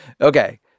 Okay